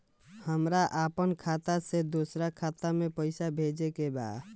हमरा आपन खाता से दोसरा खाता में पइसा भेजे के बा